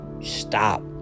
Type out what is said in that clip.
stop